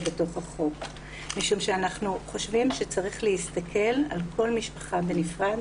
בתוך החוק משום שאנחנו חושבים שצריך להסתכל על כל משפחה בנפרד,